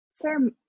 Sir